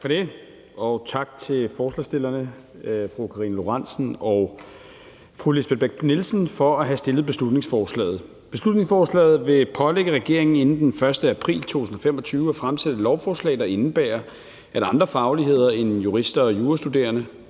Tak for det. Og tak til forslagsstillerne, fru Karina Lorentzen Dehnhardt og fru Lisbeth Bech-Nielsen, for at have fremsat beslutningsforslaget. Beslutningsforslaget vil pålægge regeringen inden den 1. april 2025 at fremsætte et lovforslag, der indebærer, at andre fagligheder end jurister og jurastuderende